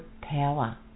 power